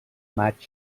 maig